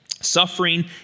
Suffering